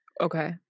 Okay